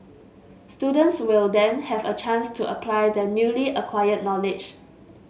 students will then have a chance to apply their newly acquired knowledge